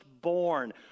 Born